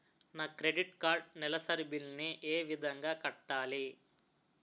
నా credit card నెలసరి bill ని ఏ విధంగా కట్టాలి?